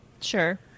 Sure